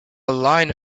line